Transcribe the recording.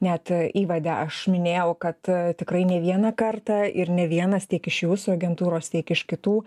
net įvade aš minėjau kad tikrai ne vieną kartą ir ne vienas tiek iš jūsų agentūros tiek iš kitų